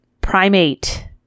primate